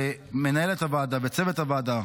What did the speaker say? למנהלת הוועדה וצוות הוועדה,